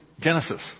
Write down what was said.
Genesis